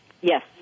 Yes